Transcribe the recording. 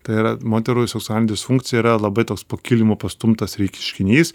tai yra moterų seksualinė disfunkcija yra labai toks pakilimo pastumtas reikškinys